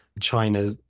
China